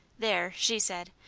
there! she said,